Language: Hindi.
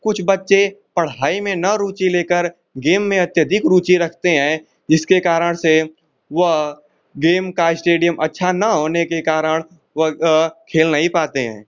कुछ बच्चे पढ़ाई में न रुचि लेकर गेम में अत्यधिक रुचि रखते हैं जिसके कारण से वह गेम का इस्टेडियम अच्छा न होने के कारण वह खेल नहीं पाते हैं